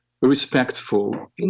respectful